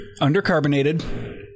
Undercarbonated